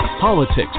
politics